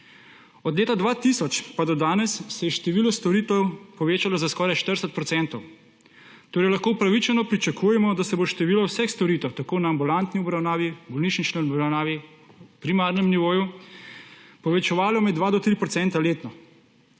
Od leta 2000 pa do danes se je število storitev povečalo za skoraj 40 procentov, torej lahko upravičeno pričakujemo, da se bo število vseh storitev na ambulantni obravnavi, bolnišnični obravnavi, primarnem nivoju povečevalo med 2 do 3